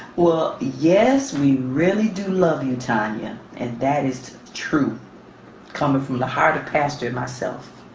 well yes, we really do love you, tonya and that is the truth come ah from the heart of pastor and myself.